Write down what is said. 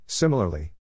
Similarly